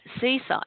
seaside